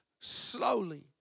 slowly